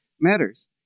matters